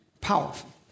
Powerful